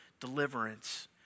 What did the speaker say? deliverance